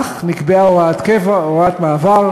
אך נקבעה הוראת מעבר,